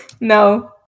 No